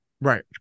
Right